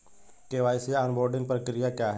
KYC onboarding प्रक्रिया क्या है?